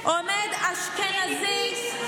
מרחביה,